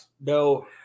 no